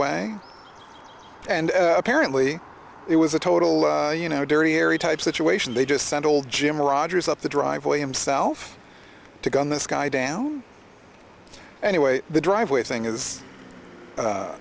way and apparently it was a total you know dirty harry type situation they just sent old jim rogers up the driveway himself to gun this guy down anyway the driveway thing is